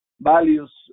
values